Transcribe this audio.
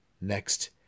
Next